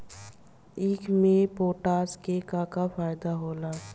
ईख मे पोटास के का फायदा होला?